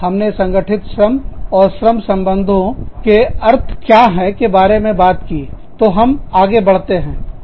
हमने संगठित श्रम तथा श्रम संबंधों के अर्थ मायने क्या है के बारे में बात की है तोहम आगे बढ़ते हैं